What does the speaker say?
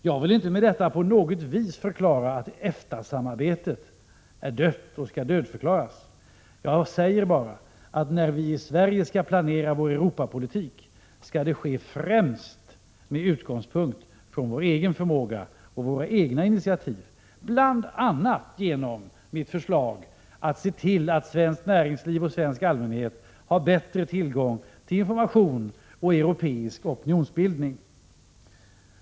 Jag vill med detta inte på något vis förklara att EFTA-samarbetet är dött och skall dödförklaras. Jag säger bara att när vi i Sverige skall planera vår Europapolitik skall det ske främst med utgångspunkt i vår egen förmåga och våra egna initiativ, bl.a. genom mitt förslag att se till att svenskt näringsliv och svensk allmänhet har bättre tillgång till information och europeisk opinionsbildning.